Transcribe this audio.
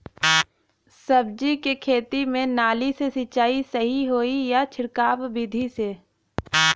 सब्जी के खेती में नाली से सिचाई सही होई या छिड़काव बिधि से?